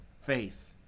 faith